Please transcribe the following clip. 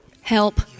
Help